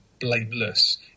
Blameless